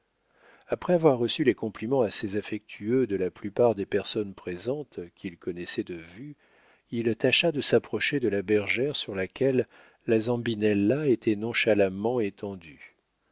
après avoir reçu les compliments assez affectueux de la plupart des personnes présentes qu'il connaissait de vue il tâcha de s'approcher de la bergère sur laquelle la zambinella était nonchalamment étendue